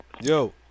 Yo